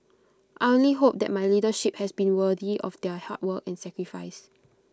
I only hope that my leadership has been worthy of their hard work and sacrifice